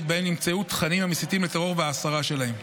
שבהם נמצאו תכנים המסיתים לטרור והסרה שלהם.